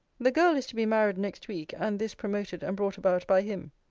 the girl is to be married next week and this promoted and brought about by him.